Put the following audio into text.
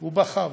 הוא בחר,